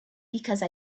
because